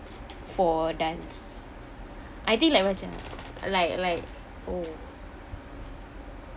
for dance I think like macam like like oh